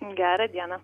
gerą dieną